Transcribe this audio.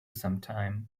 sometime